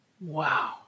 Wow